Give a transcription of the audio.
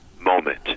moment